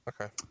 Okay